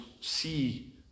see